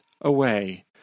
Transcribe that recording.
away